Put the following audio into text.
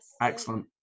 Excellent